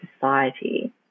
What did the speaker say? society